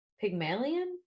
Pygmalion